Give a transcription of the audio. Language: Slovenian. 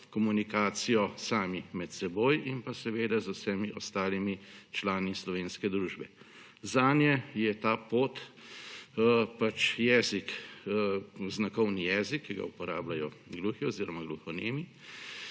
komunikacijo sami med seboj in seveda z vsemi ostalimi člani slovenske družbe. Zanje je ta pot pač znakovni jezik, ki ga uporabljajo gluhi oziroma gluhonemi,